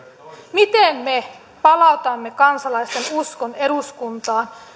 miten me palautamme kansalaisten uskon eduskuntaan